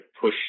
push